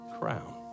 crown